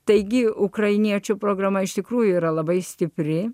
taigi ukrainiečių programa iš tikrųjų yra labai stipri